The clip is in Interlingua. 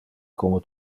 como